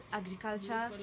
agriculture